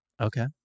Okay